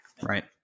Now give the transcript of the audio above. Right